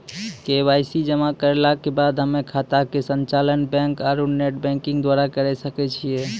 KYC जमा करला के बाद हम्मय खाता के संचालन बैक आरू नेटबैंकिंग द्वारा करे सकय छियै?